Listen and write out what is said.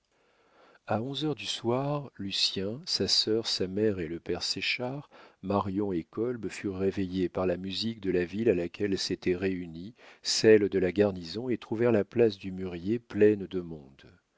a onze heures du soir lucien sa sœur sa mère et le père séchard marion et kolb furent réveillés par la musique de la ville à laquelle s'était réunie celle de la garnison et trouvèrent la place du mûrier pleine de monde